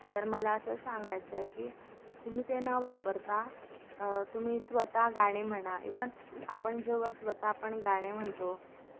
तर मला असं सांगायचं आहे की तुम्ही ते न वापरता तुम्ही स्वत गाणे म्हणा इव्हन आपण जेव्हा स्वत आपण गाणे म्हणतो